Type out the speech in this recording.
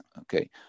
okay